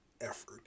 effort